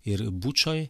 ir bučoj